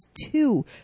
two